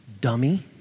dummy